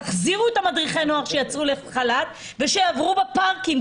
תחזירו את מדריכי הנוער שיצאו לחל"ת ושיעברו בפארקים,